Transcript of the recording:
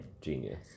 Genius